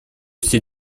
все